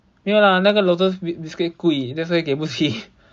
ya 那个 lotus biscuit 贵 that's why 给不起